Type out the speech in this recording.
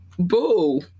Boo